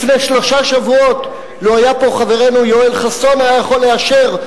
לפני שלושה שבועות לו היה פה חברנו יואל חסון היה יכול לאשר,